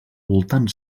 voltant